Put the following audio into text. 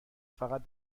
فقط